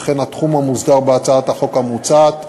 וכן התחום המוסדר בהצעת החוק המוצעת,